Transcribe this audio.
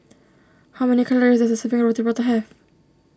how many calories does a serving Roti Prata have